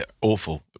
awful